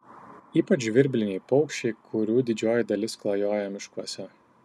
ypač žvirbliniai paukščiai kurių didžioji dalis klajoja miškuose